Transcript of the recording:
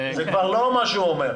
זה כבר לא מה שהוא אומר.